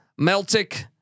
meltic